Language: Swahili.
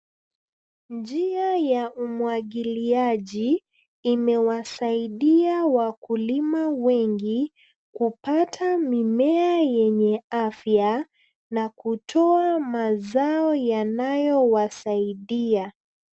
Njia ya umwagiliaji imewasaidia wakulima wengi kupata mimea yenye afya na kutoa mazao yanayowasaidia.